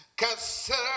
consider